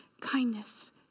kindness